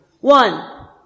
One